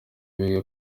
biwe